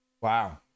Wow